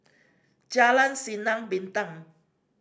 Jalan Sinar Bintang